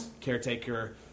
caretaker